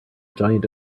giant